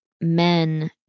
men